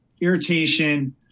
irritation